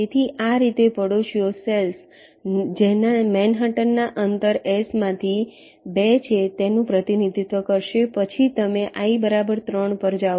તેથીઆ રીતે પડોશીઓ સેલ્સ જેના મેનહટનના અંતર S માંથી 2 છે તેનું પ્રતિનિધિત્વ કરશે પછી તમે i બરાબર 3 પર જાઓ